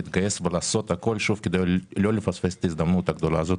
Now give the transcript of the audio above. להתגייס ולעשות הכול כדי לא לפספס את ההזדמנות הגדולה הזאת.